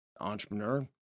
entrepreneur